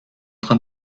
train